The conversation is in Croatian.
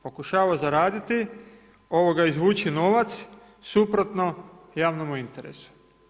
Pokušava zaraditi, izvući novac suprotno javnom interesu.